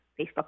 Facebook